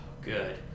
good